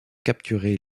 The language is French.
capturé